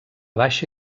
baixa